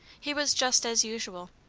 he was just as usual.